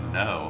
no